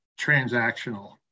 transactional